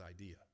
idea